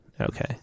Okay